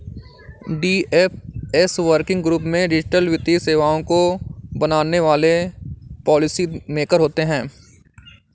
DFS working group में digital वित्तीय सेवाओं को बनाने वाले पॉलिसी मेकर होते हैं